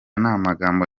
namagambo